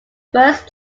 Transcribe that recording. first